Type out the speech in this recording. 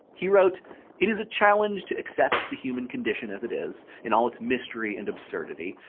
he wrote it is a challenge to accept the human condition as it is, in all its mystery and absurdity,